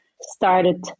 started